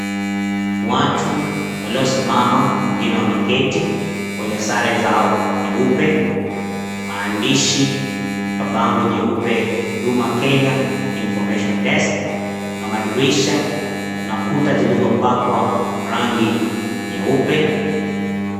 Watu waliosimama, wengine wameketi wenye sare zao nyeupe. Maandishi kwa bango jeupe Huduma KENYA INFORMATION DESK. Kuna madirisha, kuna kuta zilizopakwa rangi nyeupe.